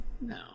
no